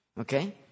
okay